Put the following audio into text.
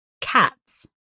cats